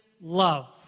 love